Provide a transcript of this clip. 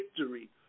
victory